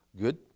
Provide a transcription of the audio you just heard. Good